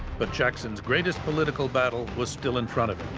but jackson's greatest political battle was still in front of him.